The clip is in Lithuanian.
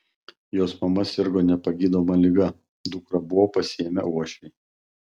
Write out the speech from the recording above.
jos mama sirgo nepagydoma liga dukrą buvo pasiėmę uošviai